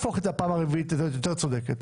בפעם הרביעית זה לא יהפוך אותך ליותר צודקת.